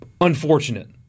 unfortunate